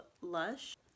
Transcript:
lush